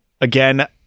again